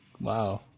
Wow